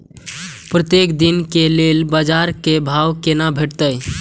प्रत्येक दिन के लेल बाजार क भाव केना भेटैत?